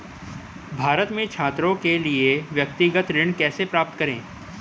भारत में छात्रों के लिए व्यक्तिगत ऋण कैसे प्राप्त करें?